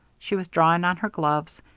she was drawing on her gloves.